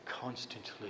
Constantly